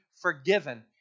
forgiven